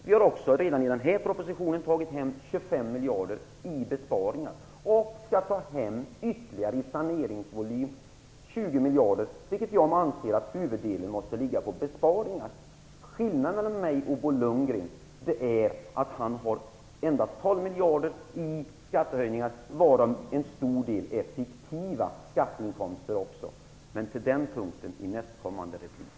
Vi har också redan i den här propositionen tagit hem 25 miljarder i besparingar och skall ta hem en saneringsvolym på ytterligare 20 miljarder. Jag anser alltså att huvuddelen måste ligga på besparingar. Skillnaden mellan mig och Bo Lundgren är att han endast vill ta in 12 miljarder genom skattehöjningar. En stor del av dessa är dessutom fiktiva skatteinkomster, men det skall jag återkomma till i min nästkommande replik.